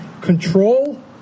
control